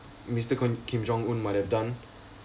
mister k~ kim jong moon might have done